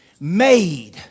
made